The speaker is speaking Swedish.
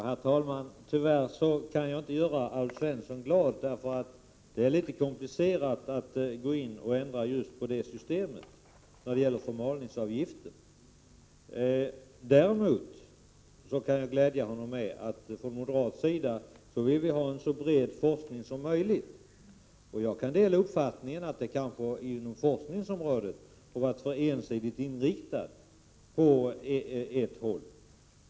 Herr talman! Tyvärr kan jag inte göra Alf Svensson glad, då det är litet komplicerat att gå in och ändra just systemet med förmalningsavgifter. Däremot kan jag glädja honom med att vi moderater vill ha en så bred forskning som möjligt. Jag kan dela uppfattningen att forskningen har varit ensidigt inriktad.